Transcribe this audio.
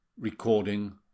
Recording